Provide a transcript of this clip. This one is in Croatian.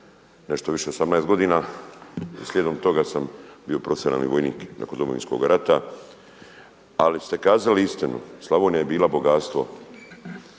nešto više od 18 godina i slijedom toga sam bio profesionalni vojnik nakon Domovinskoga rata. Ali ste kazali istinu. Slavonija je bila bogatstvo.